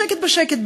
בשקט בשקט,